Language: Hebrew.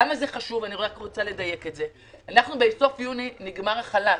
זה חשוב כי בסוף יוני נגמר החל"ת,